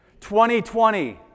2020